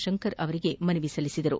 ಶಂಕರ್ ಅವರಿಗೆ ಮನವಿ ಸಲ್ಲಿಸಿದರು